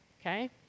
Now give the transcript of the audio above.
Okay